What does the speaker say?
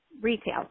retail